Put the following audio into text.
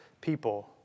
people